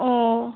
ও